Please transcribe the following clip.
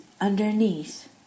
underneath